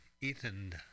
Ethan